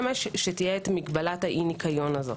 שתהיה מגבלת אי ניקיון הזאת.